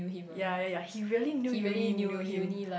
yea yea yea he really knew you already knew him